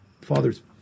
father's